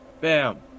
Bam